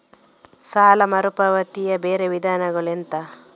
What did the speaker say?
ಸಾಲ ಮರುಪಾವತಿಯ ಬೇರೆ ವಿಧಾನಗಳು ಎಂತ?